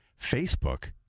Facebook